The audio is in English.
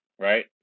right